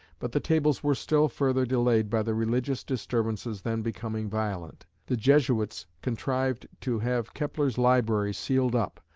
but the tables were still further delayed by the religious disturbances then becoming violent. the jesuits contrived to have kepler's library sealed up,